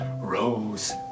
Rose